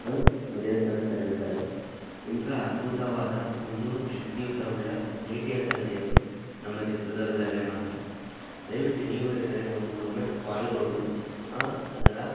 ದೇವಸ್ಥಾನಕ್ಕೆ ತೆರಳ್ತಾರೆ ಇಂಥ ಅದ್ಭುತವಾದ ಒಂದು ಶಕ್ತಿಯುತವುಳ್ಳ ಭೇಟಿಯಂತ ನಡೆಯೋದು ನಮ್ಮ ಚಿತ್ರದುರ್ಗದಲ್ಲಿ ಮಾತ್ರ ದಯವಿಟ್ಟು ನೀವೂ ಇದರಲ್ಲಿ ಒಂದೊಮ್ಮೆ ಪಾಲ್ಗೊಂಡು ಅದರ